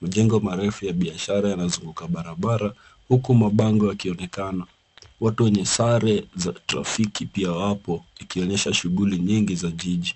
Majengo marefu ya biashara yanazunguka barabara huku mabango yakionekana. Watu wenye sare za trafiki pia wapo ikionyesha shughuli nyingi za jiji.